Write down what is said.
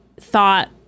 thought